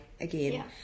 again